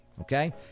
Okay